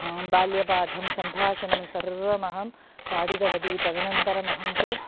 बाल्यपाठं सम्भाषणं सर्वमहं पाठितवती तदनन्तरमहं तु